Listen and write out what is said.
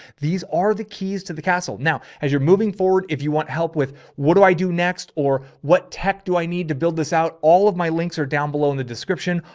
these are the keys to the castle. now, as you're moving forward, if you want help with. what do i do next? or what tech do i need to build this out? all of my links are down below in the description.